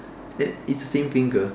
ya it's same finger